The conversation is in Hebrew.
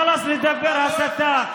חלאס לדבר הסתה.